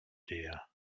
dear